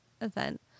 event